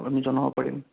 আমি জনাব পাৰিম